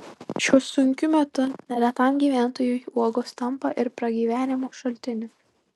šiuo sunkiu metu neretam gyventojui uogos tampa ir pragyvenimo šaltiniu